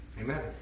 Amen